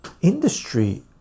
industry